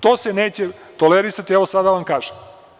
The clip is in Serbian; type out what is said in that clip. To se neće tolerisati, evo, sada vam kažem.